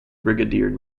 brigadier